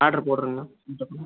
order போடுறேங்க